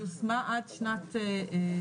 היא יושמה עד שנת 20',